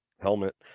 helmet